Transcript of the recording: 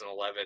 2011